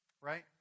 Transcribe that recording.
right